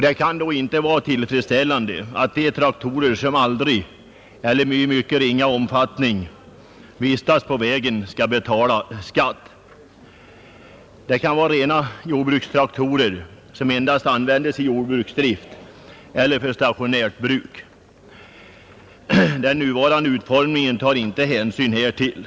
Då kan det inte vara tillfredsställande att man skall behöva betala skatt för traktorer som aldrig eller i mycket ringa omfattning kör på vägarna, t.ex. sådana traktorer som endast används i jordbruksdrift eller för stationärt bruk. Såsom traktorskatten nu är utformad tages emellertid ingen hänsyn härtill.